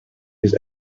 his